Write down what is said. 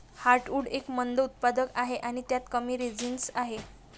heartwood एक मंद उत्पादक आहे आणि त्यात कमी रेझिनस आहे